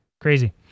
Crazy